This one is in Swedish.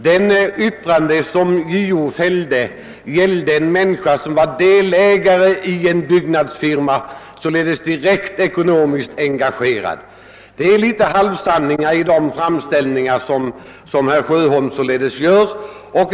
Det yttrande som JO fällde avsåg personer som var delägare i en byggnadsfirma, således personer med direkt ekonomiskt engagemang. Herr Sjöholms framställning innehåller således en del halvsanningar.